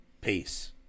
Peace